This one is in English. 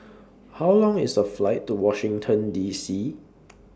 How Long IS The Flight to Washington D C